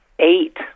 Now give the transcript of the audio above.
eight